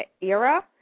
era